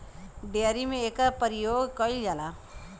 dairy में एकर परियोग कईल जाला